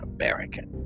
American